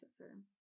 processor